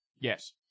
Yes